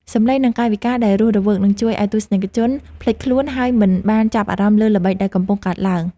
សម្លេង និង កាយវិការដែលរស់រវើកនឹងជួយឱ្យទស្សនិកជនភ្លេចខ្លួន ហើយ មិនបានចាប់អារម្មណ៍លើល្បិចដែលកំពុងកើតឡើង។